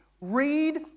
read